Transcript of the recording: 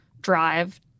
drive